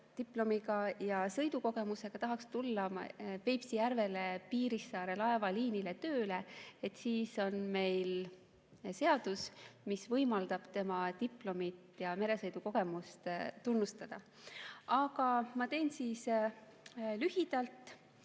diplomiga ja sõidukogemusega, tahaks tulla Peipsi järvele Piirissaare laevaliinile tööle, siis on meil seadus, mis võimaldab tema diplomit ja meresõidukogemust tunnustada. Aga ma teen lühidalt.